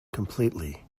completely